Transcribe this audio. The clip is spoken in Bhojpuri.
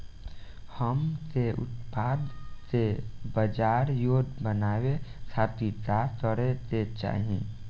हमके उत्पाद के बाजार योग्य बनावे खातिर का करे के चाहीं?